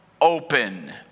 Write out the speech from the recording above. open